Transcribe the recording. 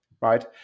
right